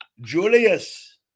Julius